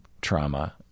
trauma